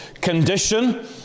condition